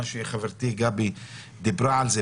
מה שחברתי גבי דיברה עליו,